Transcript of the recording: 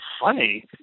funny